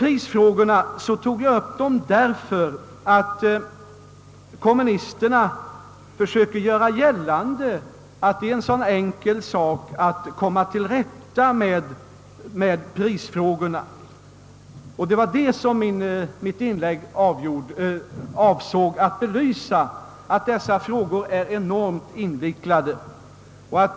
Prisfrågorna tog jag upp därför att kommunisterna söker göra gällande att de är så enkla att komma till rätta med. Mitt inlägg avsåg att belysa att dessa frågor är enormt invecklade.